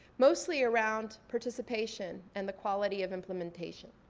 mostly around participation and the quality of implementation.